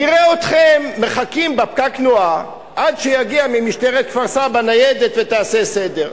נראה אתכם מחכים בפקק תנועה עד שתגיע ממשטרת כפר-סבא ניידת ותעשה סדר.